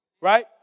right